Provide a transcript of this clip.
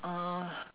uh